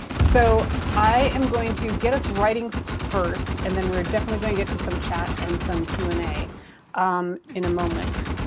so i am going to get us writing first and then we're definitely going to get to some chat and some q and a in a moment,